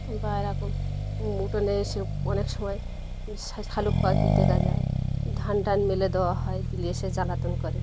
বা এরকম উটোনে এসে অনেক সময় শালুক পাখির দেখা যায় ধান টান মেলে দেওয়া হয় দিলে এসে জ্বালাতন করে